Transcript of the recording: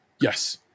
Yes